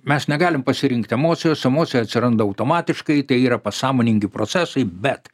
mes negalim pasirinkti emocijos emocija atsiranda automatiškai tai yra pasąmoningi procesai bet